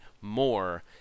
more